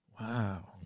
Wow